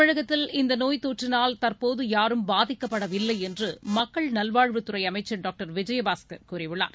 தமிழகத்தில் இந்த நோய் தொற்றினால் தற்போது யாரும் பாதிக்கப்படவில்லை என்று மக்கள் நல்வாழ்வுத்துறை அமைச்சர் டாக்டர் விஜயபாஸ்கர் கூறியுள்ளார்